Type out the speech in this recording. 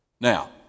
Now